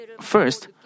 first